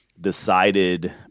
decided